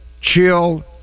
chill